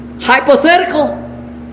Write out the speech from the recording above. hypothetical